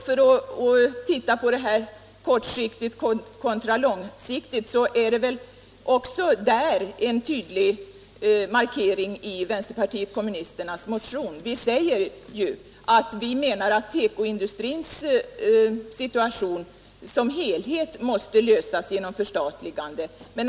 För att återkomma till detta med kortsiktigt kontra långsiktigt vill jag påpeka den tydliga markeringen i vänsterpartiet kommunisternas motion. Vi säger att tekoindustrins situation som helhet måste lösas genom förstatligande.